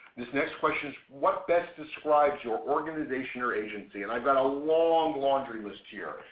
this next question is, what best describes your organization or agency? and i've got a long laundry list here.